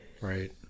Right